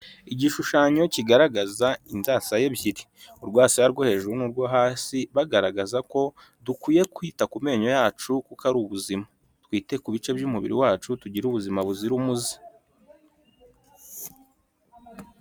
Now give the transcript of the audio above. Igishushanyo kigaragaza inzasaya ebyiri. Urwasaya rwo hejuru n'urwo hasi, bagaragaza ko dukwiye kwita ku menyo yacu kuko ari ubuzima. Twite ku bice by'umubiri wacu, tugire ubuzima buzira umuze.